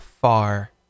far